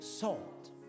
salt